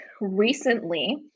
recently